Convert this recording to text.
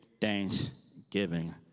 thanksgiving